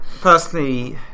Personally